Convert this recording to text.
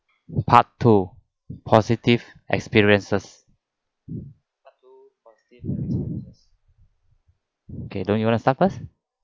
part two positive experiences okay do you want to start first